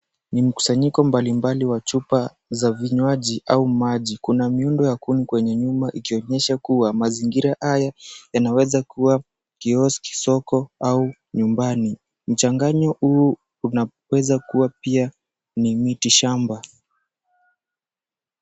Ni mkusanyiko mbalimbali wa chupa za vinywaji au maji. Kuna miundo ya kuni kwenye nyuma ikionyesha kuwa mazingira haya yanaweza kuwa kioski, soko au nyumbani. Mchanganyo huu unaweza kuwa pia ni mitishamba.